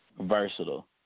Versatile